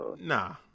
Nah